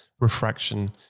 refraction